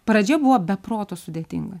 pradžia buvo be proto sudėtinga